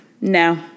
no